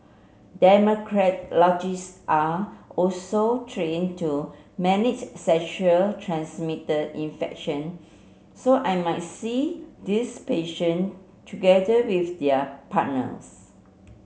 are also trained to manage sexual transmitted infection so I might see these patient together with their partners